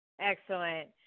Excellent